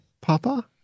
papa